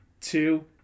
two